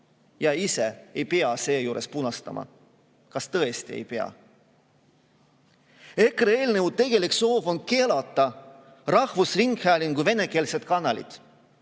ja ise ei pea seejuures punastama. Kas tõesti ei pea? EKRE eelnõu tegelik soov on keelata rahvusringhäälingu venekeelsed kanalid,